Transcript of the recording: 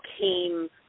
came